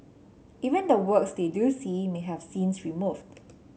even the works they do see may have scenes removed